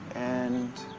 and.